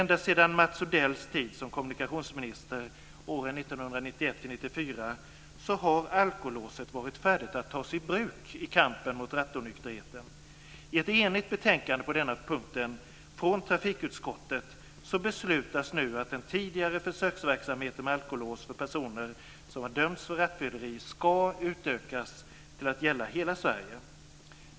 Ända sedan Mats Odells tid som kommunikationsminister under åren 1991-1994 har alkolåset varit färdigt att tas i bruk i kampen mot rattonykterheten. Det finns ett enigt betänkande på den punkten från trafikutskottet, och nu ska beslut fattas om att den tidigare försöksverksamheten med alkolås för personer som har dömts för rattfylleri ska utökas till att gälla hela Sverige.